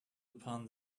upon